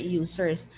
users